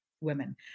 women